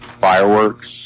fireworks